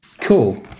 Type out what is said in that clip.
cool